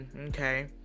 okay